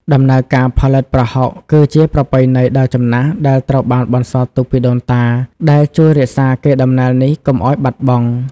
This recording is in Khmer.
ដំណើរការផលិតប្រហុកគឺជា ប្រពៃណីដ៏ចំណាស់ ដែលត្រូវបានបន្សល់ទុកពីដូនតា ដែលជួយរក្សាកេរដំណែលនេះកុំឱ្យបាត់បង់។